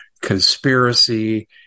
conspiracy